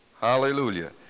Hallelujah